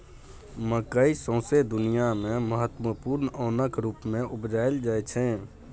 मकय सौंसे दुनियाँ मे महत्वपूर्ण ओनक रुप मे उपजाएल जाइ छै